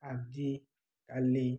ଆଜିକାଲି